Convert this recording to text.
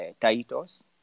titles